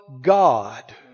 God